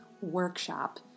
workshop